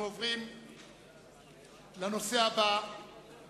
אנחנו מצביעים על הודעת ראש הממשלה,